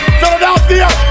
Philadelphia